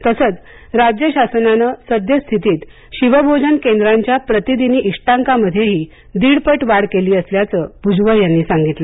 तसंच राज्य शासनानं सद्यस्थितीत शिवभोजन केंद्रांच्या प्रतिदिन इष्टांकामध्येही दिडपट वाढ केली असल्याचं भुजबळ यांनी सांगितलं